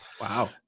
Wow